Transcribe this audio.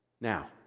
now